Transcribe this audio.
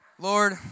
Lord